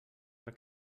per